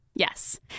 Yes